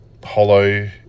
hollow